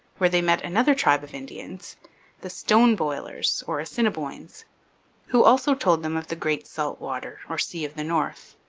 where they met another tribe of indians the stone boilers, or assiniboines who also told them of the great salt water, or sea of the north.